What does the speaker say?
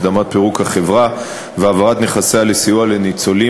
הקדמת פירוק החברה והעברת נכסיה לסיוע לניצולים),